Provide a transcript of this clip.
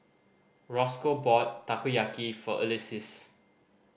Rosco bought Takoyaki for Ulysses